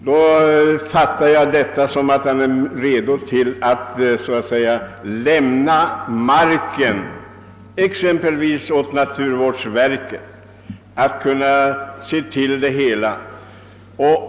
Jag fattar detta yttrande så att herr Wachtmeister känner sig beredd att så att säga lämna jaktmarken exempelvis åt naturvårdsverket för tillsyn.